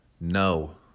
No